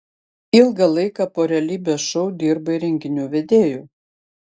ilgą laiką po realybės šou dirbai renginių vedėju